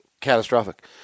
catastrophic